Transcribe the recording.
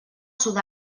sud